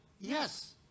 Yes